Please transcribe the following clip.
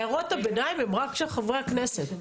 הערות הביניים הן רק של חברי הכנסת.